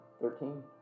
thirteen